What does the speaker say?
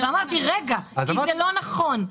אמרתי, רגע, כי זה לא נכון.